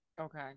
Okay